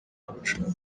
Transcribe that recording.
abashaka